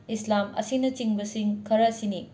ꯏꯁꯂꯥꯝ ꯑꯁꯤꯅꯆꯤꯡꯕꯁꯤꯡ ꯈꯔꯁꯤꯅꯤ